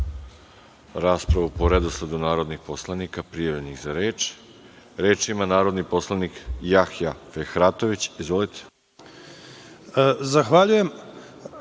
raspravu po redosledu narodnih poslanika prijavljenih za reč. Reč ima narodni poslanik Jahja Fehratović. Izvolite.